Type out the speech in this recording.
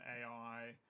AI